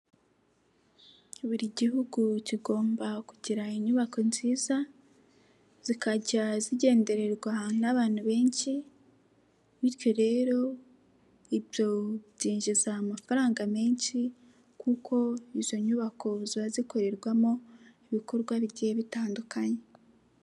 Buri gihugu kigomba kugira inyubako nziza, zikajya zigendererwa n'abantu benshi bityo rero ibyo byinjiza amafaranga menshi kuko izo nyubako ziba zikorerwamo ibikorwa bigiye bitandukanye.